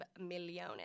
million